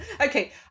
Okay